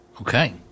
Okay